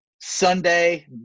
Sunday